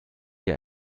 hier